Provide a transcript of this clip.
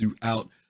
throughout